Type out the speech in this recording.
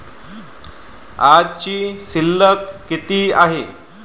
आजची शिल्लक किती हाय?